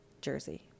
Jersey